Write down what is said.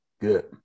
Good